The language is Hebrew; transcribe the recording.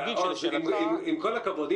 אנחנו בדיון